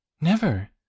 Never